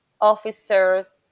officers